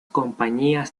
compañías